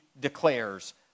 declares